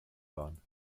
waren